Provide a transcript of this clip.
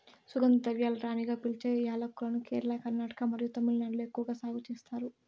సుగంధ ద్రవ్యాల రాణిగా పిలిచే యాలక్కులను కేరళ, కర్ణాటక మరియు తమిళనాడులో ఎక్కువగా సాగు చేస్తారు